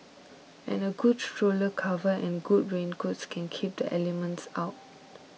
and a good stroller cover and good raincoat can keep the elements out